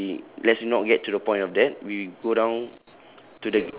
okay we let's not get to the point of that we go down